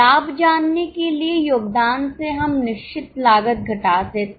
लाभ जानने के लिए योगदान से हम निश्चित लागत घटा सकते हैं